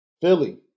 Philly